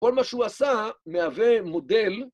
כל מה שהוא עשה מהווה מודל